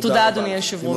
תודה, אדוני היושב-ראש.